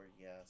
yes